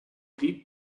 deep